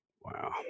Wow